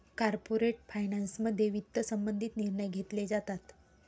corporate फायनान्समध्ये वित्त संबंधित निर्णय घेतले जातात